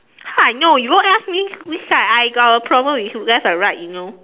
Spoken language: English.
how I know you go ask me which side I got a problem if you guys are right you know